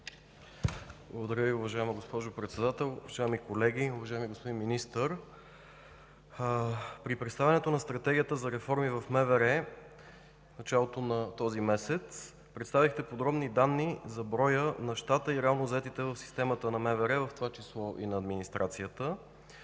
Благодаря Ви, уважаема госпожо Председател. Уважаеми колеги, уважаеми господин Министър! При представянето на Стратегията за реформи в МВР в началото на този месец представихте подробни данни за броя на щата и реално заетите в системата на МВР, в това число и на администрацията.